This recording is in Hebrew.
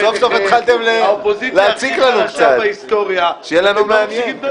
סוף סוף התחלתם להציק לנו קצת, שיהיה לנו מעניין.